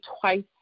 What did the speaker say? twice